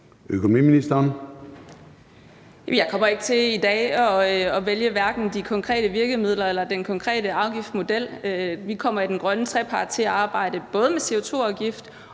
Lose): Jeg kommer ikke til i dag at vælge hverken de konkrete virkemidler eller den konkrete afgiftsmodel. Vi kommer i den grønne trepart til at arbejde både med CO2-afgift